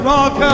Rock